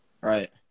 right